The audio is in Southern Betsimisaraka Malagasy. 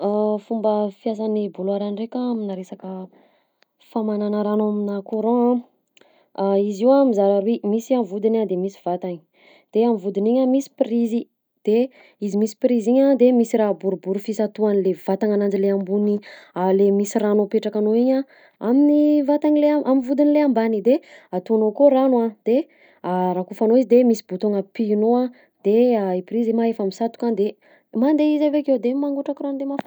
Fomba fiasan'ny bouilloire ndraina aminà resaka famanana rano aminà courant a: izy io a mizara roy misy a vodiny a de misy vatagny, de am'vodiny igny a misy prizy, de izy misy prizy igny a de misy raha boribory fisatohan'le vatagna ananjy le ambony le misy rano apetrakanao igny a amin'ny vatagn'le a- am'vodiny le ambany de ataonao akao rano a de rakofanao izy de misy bouton-gna pihinao de i prizy ma efa misatoka de mandeha izy avy akeo, de mangotraka rano de ma-.